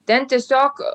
ten tiesiog